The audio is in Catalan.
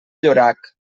llorac